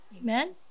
Amen